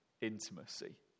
intimacy